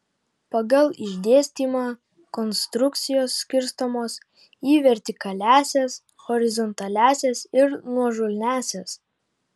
pagal išdėstymą konstrukcijos skirstomos į vertikaliąsias horizontaliąsias ir nuožulniąsias